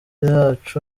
yacu